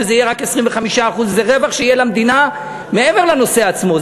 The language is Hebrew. וזה יהיה רק 25%. זה רווח שיהיה למדינה מעבר לנושא עצמו.